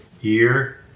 year